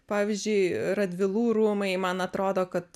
pavyzdžiui radvilų rūmai man atrodo kad